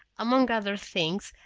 among other things,